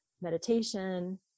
meditation